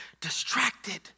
distracted